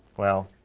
well,